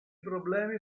problemi